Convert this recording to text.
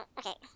okay